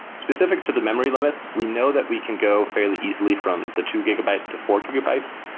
specific to the memory limits, we know that we can go fairly easily from the two gigabytes to four gigabytes,